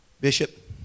Bishop